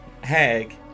Hag